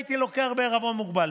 והייתי לוקח את זה בעירבון מוגבל.